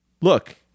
look